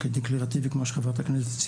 כסעיף דקלרטיבי כפי שציינה חברת הכנסת,